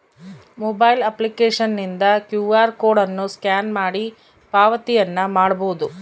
mobile ಅಪ್ಲಿಕೇಶನ್ನಿಂದ Q R code ಅನ್ನು scan ಮಾಡಿ ಪಾವತಿಯನ್ನ ಮಾಡಬೊದು